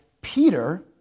Peter